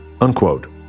unquote